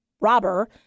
robber